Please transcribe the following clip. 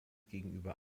gegenüber